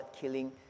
killing